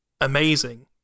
amazing